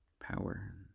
power